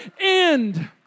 end